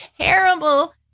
terrible